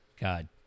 god